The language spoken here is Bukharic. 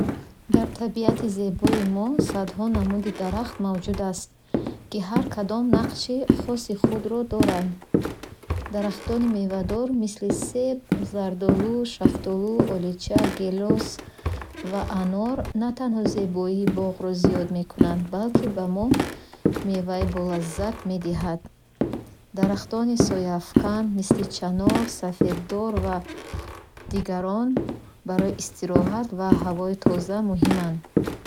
Дар табиати зебои мо садҳо намуди дарахт мавҷуд аст, ки ҳар кадом нақши хоси худро доранд. Дарахтони мевадор мисли себ, зардолу, шафтолу, олуча, гелос ва анор на танҳо зебоии боғҳоро зиёд мекунанд, балки ба мо меваи болаззат медиҳанд. Дарахтони сояафкан, мисли чанор, сафедор ва дигарон барои истироҳат ва ҳавои тоза муҳиманд.